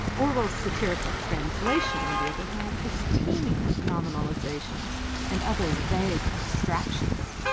orwell's satirical translation, on the other hand, is teeming with nominalizations and other vague abstractions.